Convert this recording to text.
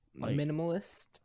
minimalist